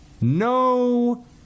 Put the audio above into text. No